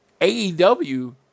AEW